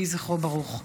יהי זכרו ברוך.